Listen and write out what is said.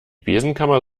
besenkammer